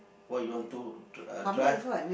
what you want to uh drive